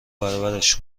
برابرش